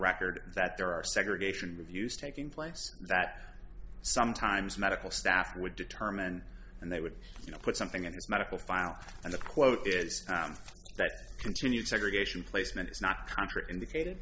record that there are segregation reviews taking place that sometimes medical staff would determine and they would put something in this medical file and the quote is continued segregation placement is not contradict indicated